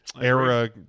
era